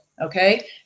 okay